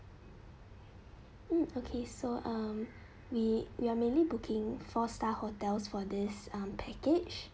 mm okay so um we we are mainly booking four star hotels for this um package